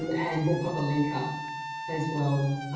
and and we'll pop a link up as well,